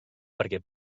perquè